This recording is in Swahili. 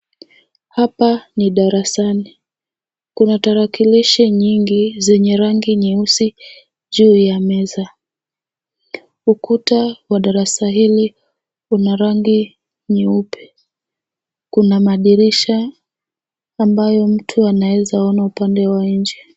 Hapa ni darasani. Kuna tarakilishi nyingi zenye rangi nyeusi juu ya meza. Ukuta wa darasa hili una rangi nyeupe. Kuna madirisha ambayo mtu anaeza ona upande wa nje.